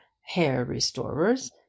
hair-restorers